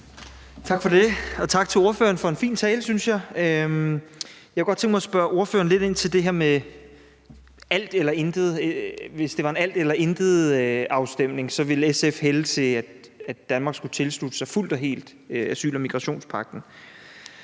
Tak for det. Og tak til ordføreren for en, synes jeg, fin tale. Jeg kunne godt tænke mig at spørge ordføreren lidt ind til det her med, at hvis det var en alt eller intet-afstemning, ville SF hælde til, at Danmark fuldt og helt skulle tilslutte sig asyl- og migrationspagten.